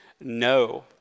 no